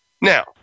Now